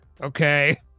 Okay